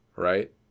right